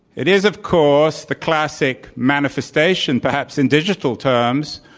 it is, of course, the classic manifestation, perhaps in digital terms,